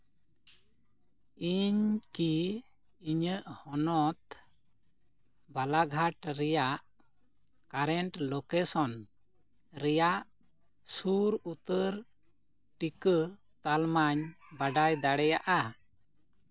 ᱤᱧ ᱠᱤ ᱤᱧᱟᱹᱜ ᱦᱚᱱᱚᱛ ᱵᱟᱞᱟᱜᱷᱟᱴ ᱨᱮᱭᱟᱜ ᱠᱟᱨᱮᱱᱴ ᱞᱳᱠᱮᱥᱚᱱ ᱨᱮᱭᱟᱜ ᱥᱩᱨ ᱩᱛᱟᱹᱨ ᱴᱤᱠᱟᱹ ᱛᱟᱞᱢᱟᱧ ᱵᱟᱰᱟᱭ ᱫᱟᱲᱮᱭᱟᱜᱼᱟ